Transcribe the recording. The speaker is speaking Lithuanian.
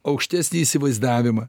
aukštesnį įsivaizdavimą